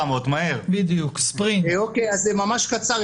אוקי אז ממש קצר,